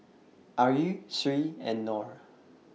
Ayu Sri and Nor